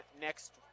next